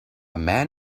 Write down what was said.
man